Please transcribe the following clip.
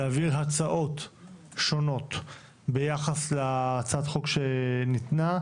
להעביר הצעות שונות ביחס להצעת החוק שניתנה.